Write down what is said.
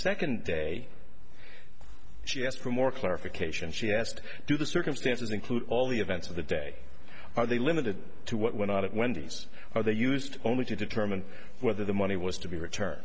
second day she asked for more clarification she asked do the circumstances include all the events of the day are they limited to what went on at wendy's or they used only to determine whether the money was to be return